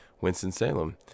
Winston-Salem